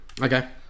Okay